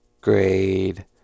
grade